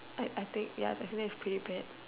I I think ya definitely is pretty bad